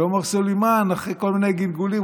ועומר סולימאן, אחרי כל מיני גלגולים,